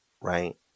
Right